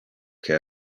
que